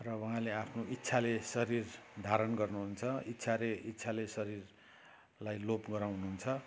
र उहाँले आफ्नो इच्छाले शरीर धारण गर्नुहुन्छ इच्छाले इच्छाले शरीरलाई लोप गराउनुहुन्छ